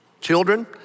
children